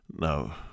No